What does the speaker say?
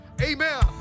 amen